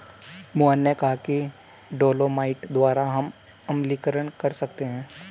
मोहन ने कहा कि डोलोमाइट द्वारा हम अम्लीकरण कर सकते हैं